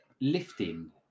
lifting